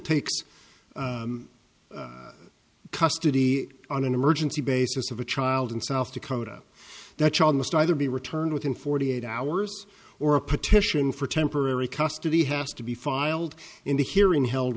takes custody on an emergency basis of a child in south dakota that child must either be returned within forty eight hours or a petition for temporary custody has to be filed in the hearing held